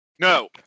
No